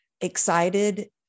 excited